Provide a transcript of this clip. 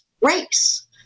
race